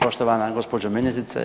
Poštovana gospođo ministrice.